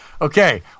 Okay